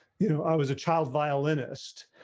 you know, i was a child violinist.